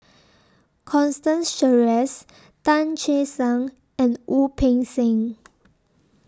Constance Sheares Tan Che Sang and Wu Peng Seng